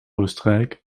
oostenrijk